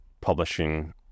publishing